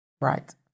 right